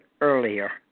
earlier